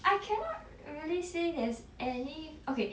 I can not really say there's any okay